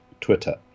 Twitter